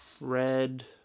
Red